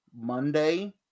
Monday